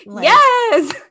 Yes